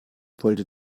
wollte